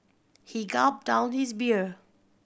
he gulped down his beer